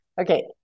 Okay